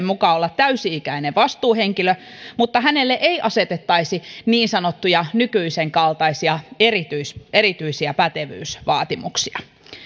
mukaan olla täysi ikäinen vastuuhenkilö mutta hänelle ei asetettaisi nykyisen kaltaisia niin sanottuja erityisiä pätevyysvaatimuksia